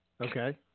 Okay